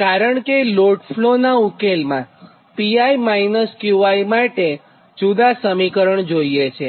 કારણ કે લોડફ્લોનાં ઉકેલમાં Pi અને Qi માટે જુદાં સમીકરણ જોઇએ છે